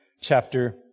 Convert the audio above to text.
chapter